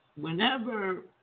whenever